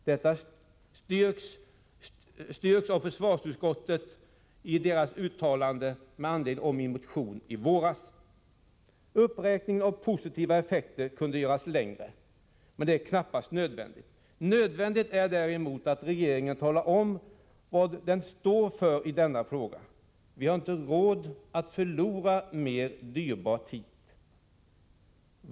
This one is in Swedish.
Detta har styrkts av försvarsutskottet i dess yttrande över min motion i våras. Uppräkningen av positiva effekter kunde göras längre, men det är knappast nödvändigt. Nödvändigt är det däremot att regeringen talar om vad den står för i denna fråga. Vi har inte råd att förlora mer dyrbar tid.